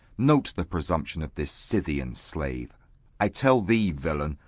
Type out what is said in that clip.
note the presumption of this scythian slave i tell thee, villain,